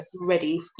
ready